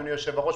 אדוני היושב-ראש,